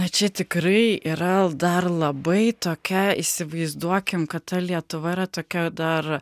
čia tikrai yra dar labai tokia įsivaizduokim kad ta lietuva yra tokia dar